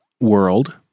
world